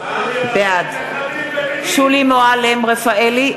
בעד שולי מועלם-רפאלי,